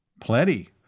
Plenty